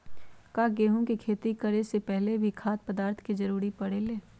का गेहूं के खेती करे से पहले भी खाद्य पदार्थ के जरूरी परे ले?